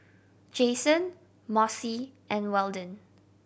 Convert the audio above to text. Jason Mossie and Weldon